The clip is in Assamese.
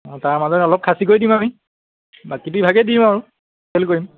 অঁ তাৰ মাজত অলপ খাচী কৰি দিম আমি প্ৰাকৃতিকভাগেই দিম আৰু খেল কৰিম